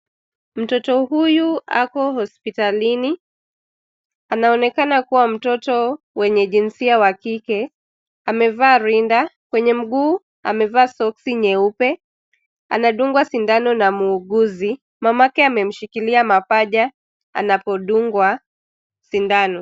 Mtoto huyu ako hospitalini. Anaonekana kuwa mtoto wenye jinsia wa kike. Amevaa rinda ,kwenye mguu amevaa soksi nyeupe. Anadungwa sindano na muuguzi. Mamake amemshikilia mapaja anapodungwa sindano.